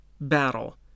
battle